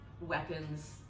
weapons